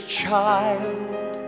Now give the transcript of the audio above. child